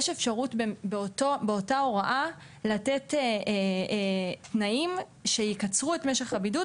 יש אפשרות באותה הוראה לתת תנאים שיקצרו את משך הבידוד,